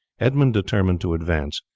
edmund determined to advance,